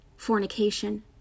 fornication